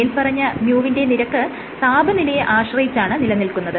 മേല്പറഞ്ഞ µ വിന്റെ നിരക്ക് താപനിലയെ ആശ്രയിച്ചാണ് നിലനിൽക്കുന്നത്